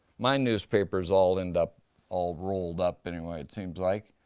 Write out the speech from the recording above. my newspapers all end up all rolled up anyway, it seems like.